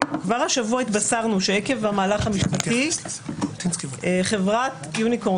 כבר השבוע התבשרנו שעקב המהלך המשפטי חברת יוניקורן,